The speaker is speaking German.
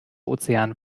ozean